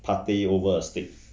parfait over a steak